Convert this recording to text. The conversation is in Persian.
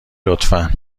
لطفا